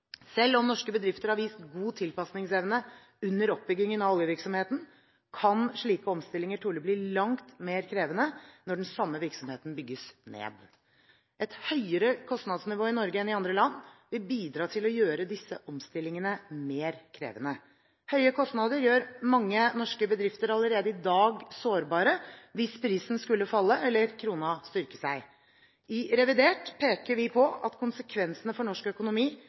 Selv om norske bedrifter har vist god tilpasningsevne under oppbyggingen av oljevirksomheten, kan slike omstillinger trolig bli langt mer krevende når den samme virksomheten bygges ned. Et høyere kostnadsnivå i Norge enn i andre land vil bidra til å gjøre disse omstillingene mer krevende. Høye kostnader gjør mange norske bedrifter allerede i dag sårbare hvis prisen skulle falle eller kronen styrke seg. I revidert peker vi på at konsekvensene for norsk økonomi